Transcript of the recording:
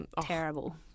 terrible